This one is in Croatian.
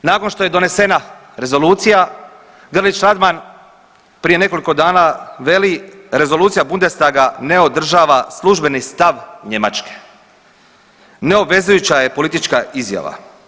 Nakon što je donesena rezolucija Grlić Radman prije nekoliko dana veli, rezolucija Bundestaga ne održava službeni stav Njemačke, ne obvezujuća je politička izjava.